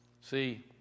See